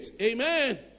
Amen